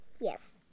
Yes